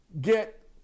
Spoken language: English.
get